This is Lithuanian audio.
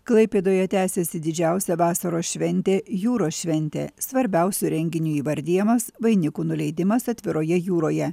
klaipėdoje tęsiasi didžiausia vasaros šventė jūros šventė svarbiausiu renginiu įvardijamas vainikų nuleidimas atviroje jūroje